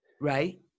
Right